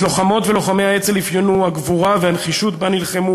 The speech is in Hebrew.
את לוחמות ולוחמי האצ"ל אפיינו הגבורה והנחישות שבהן נלחמו